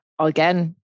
again